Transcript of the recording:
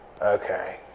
Okay